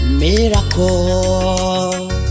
miracle